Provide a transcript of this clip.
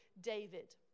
David